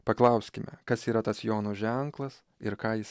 paklauskime kas yra tas jono ženklas ir ką jis